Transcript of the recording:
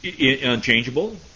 unchangeable